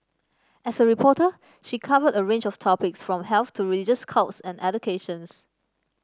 as a reporter she covered a range of topics from health to religious cults and educations